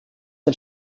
ein